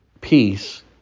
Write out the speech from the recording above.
Peace